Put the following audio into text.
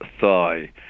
thigh